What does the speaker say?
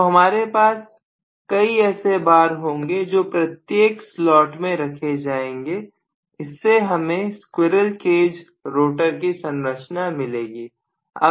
तो हमारे पास कई ऐसे बार होंगे जो प्रत्येक स्लॉट में रखे जाएंगे इससे हमें स्क्विरल केज रोटर की संरचना मिलेगी